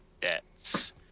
debts